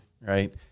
right